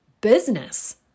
business